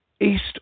east